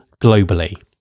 globally